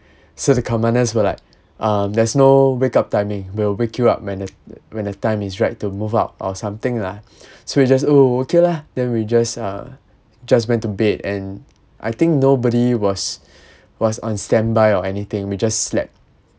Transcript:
so the commanders were like um there's no wake up timing we'll wake you up when the when the time is right to move out or something lah so we just oh okay lah then we just uh just went to bed and I think nobody was was on standby or anything we just slept